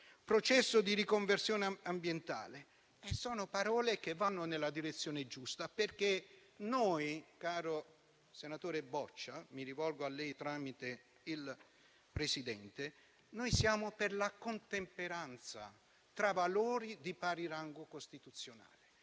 processo di riconversione ambientale; sono parole che vanno nella direzione giusta perché, caro senatore Boccia, mi rivolgo a lei tramite il Presidente, noi siamo per la contemperanza tra valori di pari rango costituzionale.